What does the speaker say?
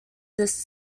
this